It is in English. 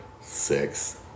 Six